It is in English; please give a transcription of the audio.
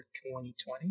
2020